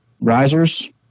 risers